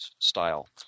style